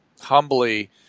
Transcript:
humbly